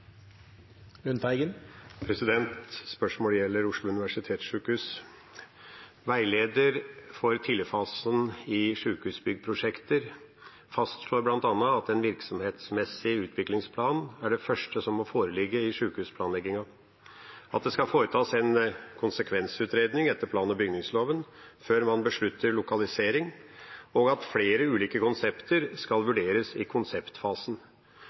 Spørsmålet gjelder Oslo universitetssykehus: ««Veileder for tidligfasen i sykehusbyggprosjekter» fastslår blant annet at en virksomhetsmessig utviklingsplan er det første som må foreligge i sykehusplanleggingen, at det skal foretas en konsekvensutredning etter plan- og bygningsloven før man beslutter lokalisering, og at flere ulike konsepter skal vurderes i konseptfasen.